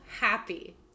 happy